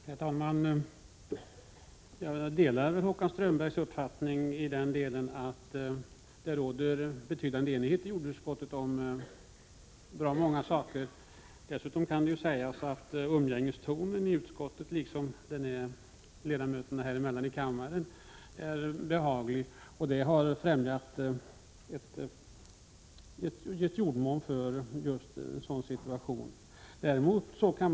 Herr talman! Jag delar Håkan Strömbergs uppfattning att det i jordbruksutskottet råder en betydande enighet. Dessutom är umgängestonen i utskottet liksom ledamöterna emellan här i kammaren behaglig, och det har skapat jordmån för den situationen.